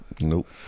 Nope